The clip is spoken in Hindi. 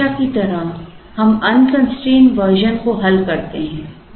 इसलिए हमेशा की तरह हम अनकंस्ट्रेंड वर्जन को हल करते हैं